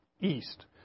east